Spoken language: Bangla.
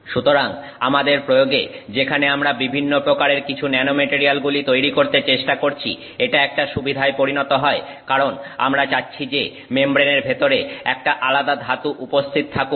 সুতরাং আমাদের প্রয়োগে যেখানে আমরা বিভিন্ন প্রকারের কিছু ন্যানোমেটারিয়ালগুলি তৈরি করতে চেষ্টা করছি এটা একটা সুবিধায় পরিণত হয় কারণ আমরা চাচ্ছি যে মেমব্রেনের ভেতরে একটা আলাদা ধাতু উপস্থিত থাকুক